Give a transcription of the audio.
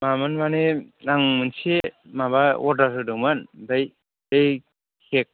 मामोन माने आं मोनसे माबा अर्डार होदोंमोन ओमफ्राय बे केक